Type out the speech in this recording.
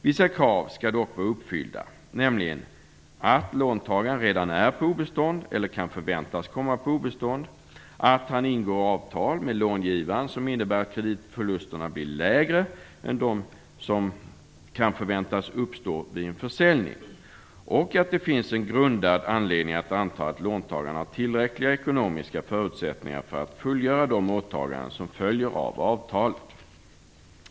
Vissa krav skall dock vara uppfyllda, nämligen att låntagaren redan är eller kan förväntas komma på obestånd, att han ingår avtal med långivaren som innebär att kreditförlusterna blir lägre än dem som kan förväntas uppstå vid en försäljning, och att det finns en grundad anledning att anta att låntagaren har tillräckliga ekonomiska förutsättningar för att fullgöra de åtaganden som följer av avtalet.